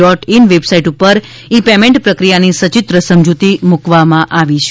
dot in website પર e payment પ્રક્રિયાની સચિત્ર સમજતી મુકવામાં આવી છે